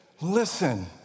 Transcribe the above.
Listen